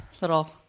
little